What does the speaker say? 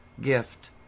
gift